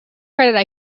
credit